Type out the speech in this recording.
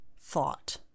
thought